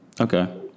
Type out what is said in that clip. Okay